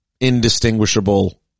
indistinguishable